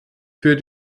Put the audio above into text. für